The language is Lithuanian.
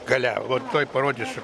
gale vat tuoj parodysiu